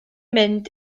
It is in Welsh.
mynd